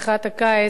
מחאת הקיץ,